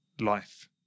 Life